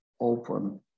open